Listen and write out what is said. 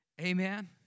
Amen